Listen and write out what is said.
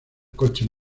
coche